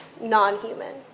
non-human